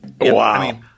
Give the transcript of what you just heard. Wow